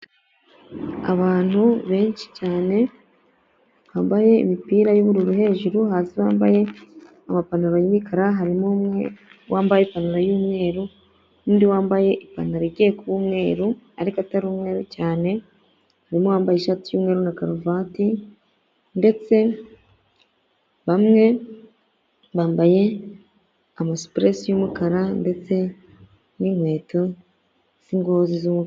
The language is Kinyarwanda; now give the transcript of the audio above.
Abantu benshi cyane bambaye imipira y'ubururu hejuru hasi bambaye amapantaro y'imikara harimo umwe wambaye ipantaro y'umweru nundi wambaye ipantaro igiye kuba umweru ariko atari umweru cyane harimo wambaye ishati y'umweru na karuvate ndetse bamwe bambaye amasupurese y'umukara ndetse ninkweto z'ingozi z'umu……..